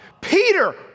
Peter